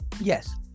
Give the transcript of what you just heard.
Yes